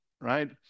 right